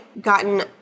gotten